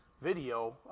video